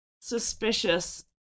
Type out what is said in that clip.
suspicious